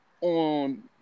on